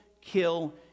kill